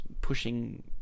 pushing